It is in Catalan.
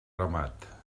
ramat